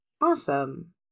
Awesome